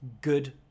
good